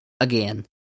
again